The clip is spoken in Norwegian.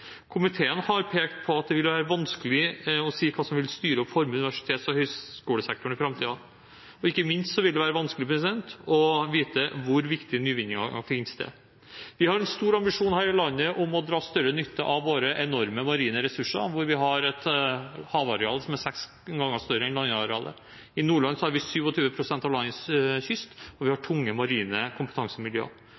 Komiteen har pekt på at det vil være vanskelig å si hva som vil styre og forme universitets- og høgskolesektoren i framtiden. Ikke minst vil det være vanskelig å vite hvor viktige nyvinninger finner sted. Vi har en stor ambisjon her i landet om å dra større nytte av våre enorme marine ressurser, hvor vi har et havareal som er seks ganger større enn landarealet. I Nordland har vi 27 pst. av landets kyst, og vi har tunge marine kompetansemiljøer.